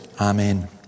Amen